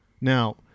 Now